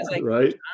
Right